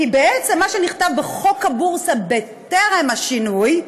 כי בעצם מה שנכתב בחוק הבורסה בטרם השינוי,